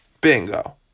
bingo